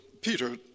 Peter